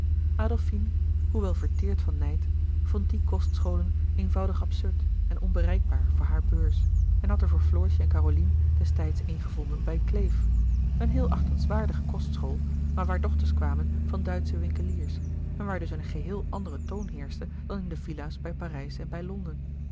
hoewel verteerd van nijd vond die kostscholen eenvoudig absurd en onbereikbaar voor hare beurs en had er voor floortje en caroline destijds een gevonden bij kleef een heel achtenswaardig kostschool maar waar dochters kwamen van duitsche winkeliers en waar dus een geheel andere toon heerschte dan in de villa's bij parijs en bij londen